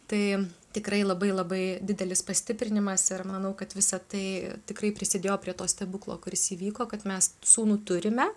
tai tikrai labai labai didelis pastiprinimas ir manau kad visa tai tikrai prisidėjo prie to stebuklo kuris įvyko kad mes sūnų turime